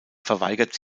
verweigert